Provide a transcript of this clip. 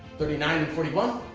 thirty nine and forty one,